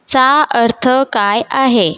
चा अर्थ काय आहे